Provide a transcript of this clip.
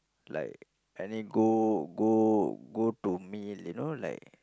like any go go go to meal you know like